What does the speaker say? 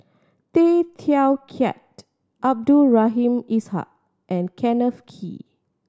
Tay Teow Kiat Abdul Rahim Ishak and Kenneth Kee